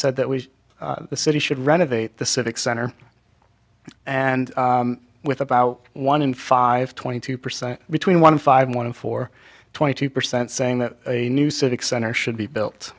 said that was the city should renovate the civic center and with about one in five twenty two percent between one five one four twenty two percent saying that a new civic center should be built